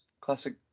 classic